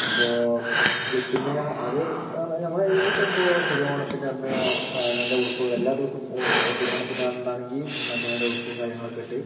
അപ്പോൾ പിന്നെ അത് നമ്മൾ ഏകദേശം ഇപ്പോൾ തിരുവോണത്തിൻ്റെ അന്ന് നല്ല ഉടുപ്പുകൾ എല്ലാദിവസവും തിരുവോണത്തിൻ്റെ അന്ന് ആണെങ്കിൽ നല്ല നല്ല ഉടുപ്പും കാര്യങ്ങളൊക്കെ ഇട്ട്